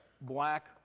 black